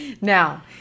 Now